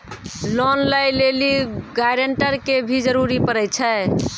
Loan लै लेली guarantor के भी जरूरी पड़ै छै?